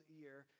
year